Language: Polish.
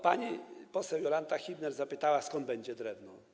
Pani poseł Jolanta Hibner zapytała, skąd będzie drewno.